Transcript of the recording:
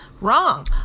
wrong